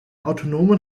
autonomen